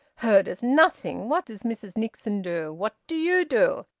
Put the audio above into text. her does nothing! what does mrs nixon do? what do you do?